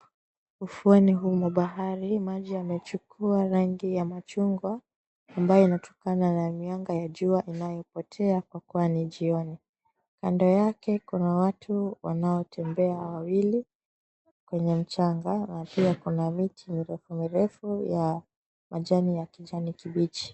Ufuoni humu mwa bahari maji yamechukua rangi ya machungwa ambayo inatokana na mianga ya jua inayopotea kwa kuwa ni jioni. Kando yake kuna watu wanaotembea wawili kwenye mchanga na pia kuna miti mirefumirefu ya majani ya kijani kibichi.